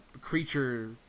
creature